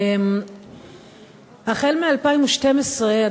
החל ב-2012,